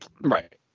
Right